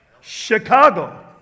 Chicago